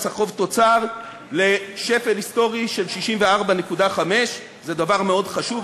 חוב תוצר לשפל היסטורי של 64.6%. זה דבר מאוד חשוב,